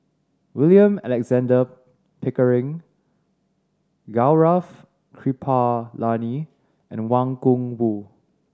William Alexander Pickering Gaurav Kripalani and Wang Gungwu